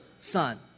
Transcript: son